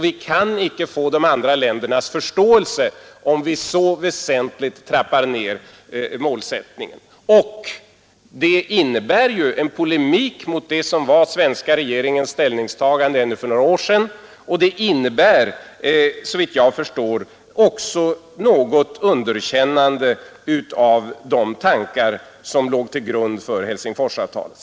Vi kan icke få de andra ländernas förståelse om vi så väsentligt trappar ned målsättningen. Det innebär ju en polemik mot det som var den svenska regeringens ställningstagande ännu för några år sedan, och det innebär, såvitt jag förstår, även i viss mån underkännande av de tankar som låg till grund för Helsingforsavtalet.